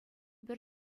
пӗр